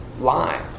lie